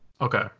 Okay